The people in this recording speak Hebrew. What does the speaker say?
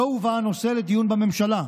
לא הובא הנושא לדיון בממשלה,